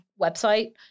website